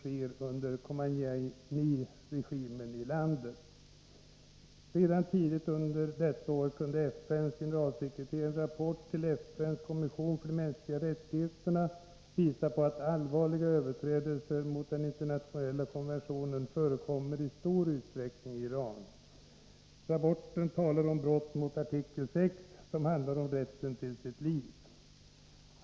Khomeini-regimen har i stället visat sig kränka de mänskliga rättigheterna i ännu högre grad än vad tidigare varit fallet.